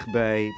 bij